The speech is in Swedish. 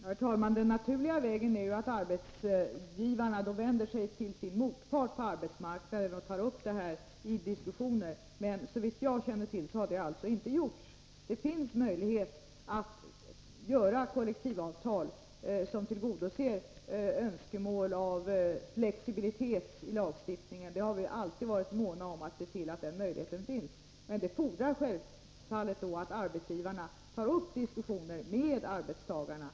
Herr talman! Den naturliga vägen är ju att arbetsgivarna vänder sig till sin motpart på arbetsmarknaden och tar upp detta till diskussion. Men såvitt jag känner till har detta alltså inte gjorts. Det finns möjlighet att träffa kollektivavtal som tillgodoser önskemålen om flexibilitet i lagstiftningen. Vi har alltid varit måna om att se till att denna möjlighet finns. Men det fordrar självfallet att arbetsgivarna tar upp diskussioner med arbetstagarna.